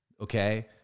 okay